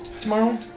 tomorrow